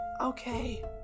Okay